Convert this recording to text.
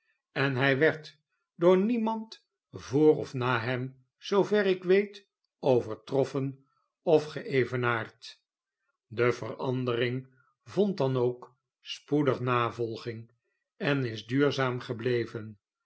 en hij werd door niemand voor of na hem zoover ik weet overtroffen of geevenaard de verandering vond dan ook spoedig navolging en is duurzaam gebleven